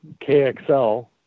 KXL